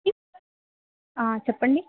చెప్పండి